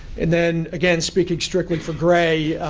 and then, again, speaking strictly for gray,